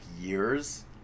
years